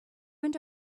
went